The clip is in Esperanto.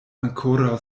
ankoraŭ